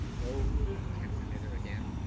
o capital letter again,